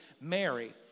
mary